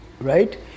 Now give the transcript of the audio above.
right